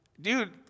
dude